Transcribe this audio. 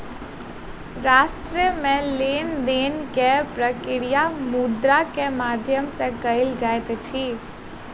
राष्ट्र मे लेन देन के प्रक्रिया मुद्रा के माध्यम सॅ कयल जाइत अछि